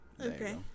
Okay